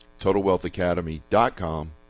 TotalWealthAcademy.com